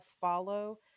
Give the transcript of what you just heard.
follow